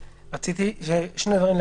כן, רציתי להגיד שני דברים.